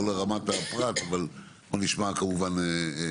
לא ברמת הפרט אבל בואו נשמע אתכם.